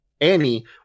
Annie